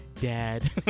dad